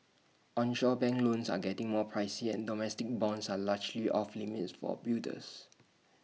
onshore bank loans are getting more pricey and domestic bonds are largely off limits for builders